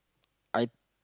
I